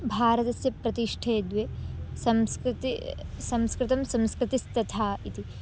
भारतस्य प्रतिष्ठे द्वे संस्कृतिः संस्कृतं संस्कृतिस्तथा इति